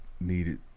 Needed